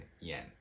yen